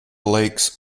lakes